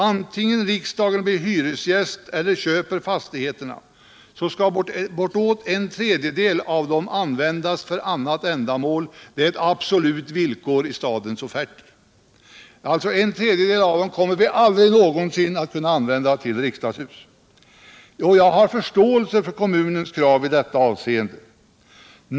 Antingen riksdagen blir hyresgäst eller köper fastigheterna skall bortåt en tredjedel av dem användas för annat ändamål. Det är ett absolut villkor i stadens offerter. Vi kommer alltså aldrig någonsin att Kunna använda en tredjedel av dem till riksdagshus. Jag har förståelse för kommunens krav i detta avseende.